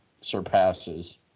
surpasses